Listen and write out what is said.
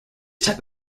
type